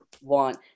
want